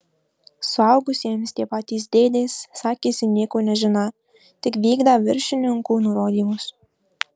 suaugusiems tie patys dėdės sakėsi nieko nežiną tik vykdą viršininkų nurodymus